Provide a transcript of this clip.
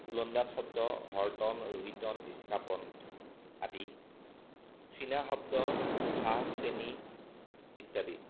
ঊলন্দাস শব্দ হৰ্টন ৰোহিত ইস্কাপন আদি চীনা শব্দ চাহ চেনী ইত্যাদি